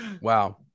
wow